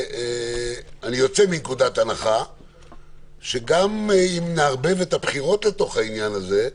אני יוצא מנקודת הנחה שגם אם נערבב את הבחירות לתוך העניין הזה,